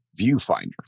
viewfinder